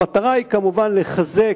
המטרה היא כמובן לחזק,